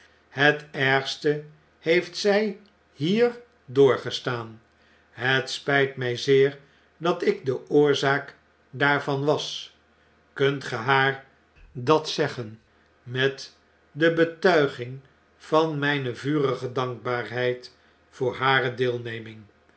het ergste heeft zj hier doorgestaan het spilt mu zeer dat ik de oorzaak daarvan was kunt ge haar dat zeggen met de betuiging van mijne vurige dankbaarheid voor hare deelneming